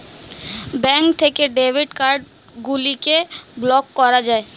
bank থেকে debit card গুলিকে block করা যায়